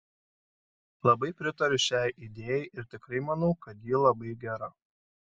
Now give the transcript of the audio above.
labai pritariu šiai idėjai ir tikrai manau kad ji labai gera